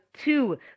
Two